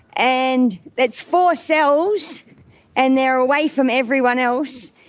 and that's four cells and they're away from everyone else.